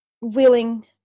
willing